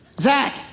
Zach